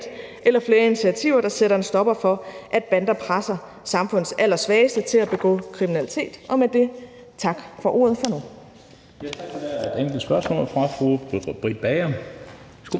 eller flere initiativer, der sætter en stopper for, at banderne presser samfundets allersvageste til at begå kriminalitet. Med det tak for ordet for nu.